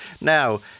Now